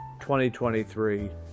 2023